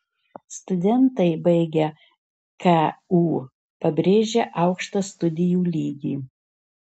studentai baigę ku pabrėžia aukštą studijų lygį